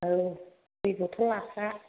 औ दै बथल लाखा